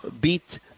beat